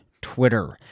Twitter